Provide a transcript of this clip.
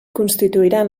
constituiran